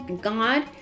God